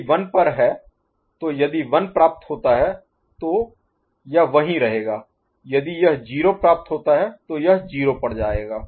यदि यह 1 पर है तो यदि 1 प्राप्त होता है तो यह वहीं रहेगा यदि यह 0 प्राप्त होता है तो यह 0 पर जाएगा